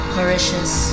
Mauritius